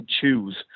choose